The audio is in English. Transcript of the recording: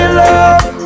love